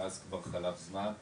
מאז כבר חלף זמן,